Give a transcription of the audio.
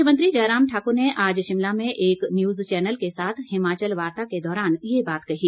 मुख्यमंत्री जयराम ठाकुर ने आज शिमला में एक न्यूज चैनल के साथ हिमाचल वार्ता के दौरान ये बात कही